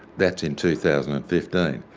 that's in two thousand and fifteen.